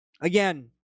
again